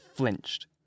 flinched